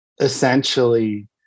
essentially